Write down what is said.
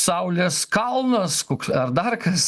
saulės kalnas koks ar dar kas